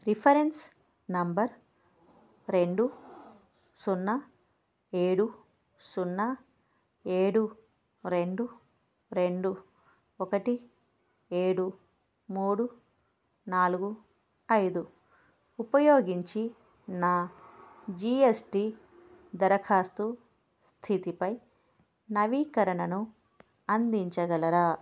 reference number రెండు సున్నా ఏడు సున్నా ఏడు రెండు రెండు ఒకటి ఏడు మూడు నాలుగు ఐదు ఉపయోగించి నా జీ ఎస్ టీ దరఖాస్తు స్థితిపై నవీకరణను అందించగలరా